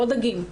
לא דגים,